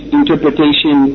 interpretation